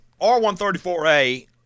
R134A